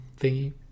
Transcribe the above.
Thingy